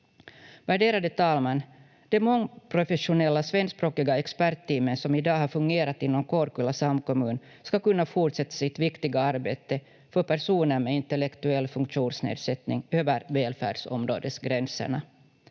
Värderade talman! De mångprofessionella svenskspråkiga expertteamen som i dag har fungerat inom Kårkulla samkommun ska kunna fortsätta sitt viktiga arbete för personer med intellektuell funktionsnedsättnings över välfärdsområdesgränserna.